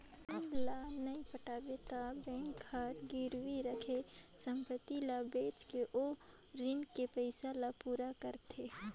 loan ल नइ पटाबे त बेंक हर गिरवी राखे संपति ल बेचके ओ रीन के पइसा ल पूरा करथे